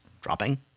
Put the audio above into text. dropping